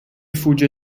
fugge